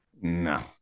No